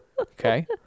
Okay